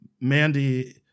mandy